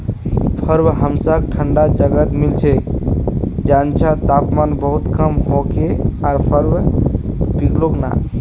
बर्फ हमसाक ठंडा जगहत मिल छेक जैछां तापमान बहुत कम होके आर बर्फ पिघलोक ना